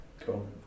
Cool